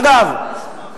אגב,